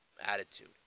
attitude